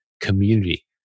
community